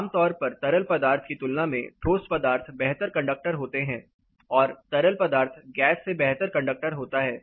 आमतौर पर तरल पदार्थ की तुलना में ठोस पदार्थ बेहतर कंडक्टर होते हैं और तरल पदार्थ गैस से बेहतर कंडक्टर होता है